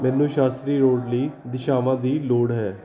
ਮੈਨੂੰ ਸ਼ਾਸਤਰੀ ਰੋਡ ਲਈ ਦਿਸ਼ਾਵਾਂ ਦੀ ਲੋੜ ਹੈ